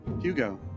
Hugo